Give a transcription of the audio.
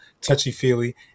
touchy-feely